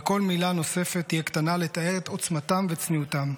וכל מילה נוספת תהיה קטנה לתאר את עוצמתם וצניעותם.